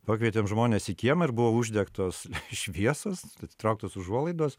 pakvietėm žmones į kiemą ir buvo uždegtos šviesos atitrauktos užuolaidos